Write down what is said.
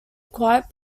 quiet